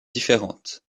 différentes